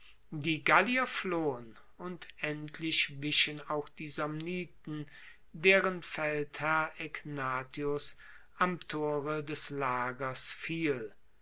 die gallier flohen und endlich wichen auch die samniten deren feldherr egnatius am tore des lagers fiel